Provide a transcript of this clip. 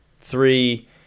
Three